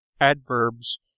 adverbs